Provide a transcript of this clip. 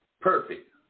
perfect